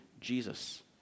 Jesus